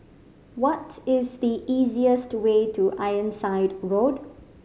what is the easiest way to Ironside Road